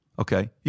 Okay